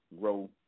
grow